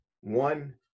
one